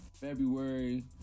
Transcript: February